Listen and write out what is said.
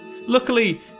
Luckily